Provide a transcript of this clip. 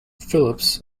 phillips